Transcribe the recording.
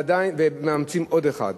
והן מאמצות עוד אחד,